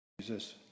Jesus